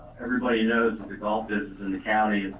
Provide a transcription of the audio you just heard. everybody knows the golf is in the county,